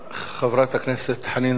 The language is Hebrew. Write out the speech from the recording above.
חברת הכנסת חנין זועבי.